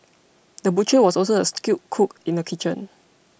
the butcher was also a skilled cook in the kitchen